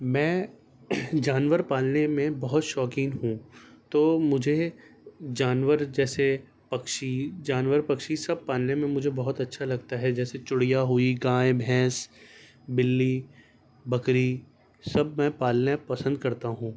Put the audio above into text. میں جانور پالنے میں بہت شوقین ہوں تو مجھے جانور جیسے پکشی جانور پکشی سب پالنے میں مجھے بہت اچھا لگتا ہے جیسے چڑیا ہوئی گائیں بھینس بلّی بکری سب میں پالنے پسند کرتا ہوں